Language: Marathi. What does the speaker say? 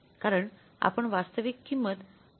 कारण आपण वास्तविक किंमत प्रमाणात घेत आहोत